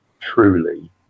truly